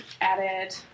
added